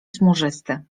smużysty